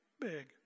big